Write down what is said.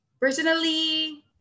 personally